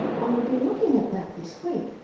and we've been looking at that this week,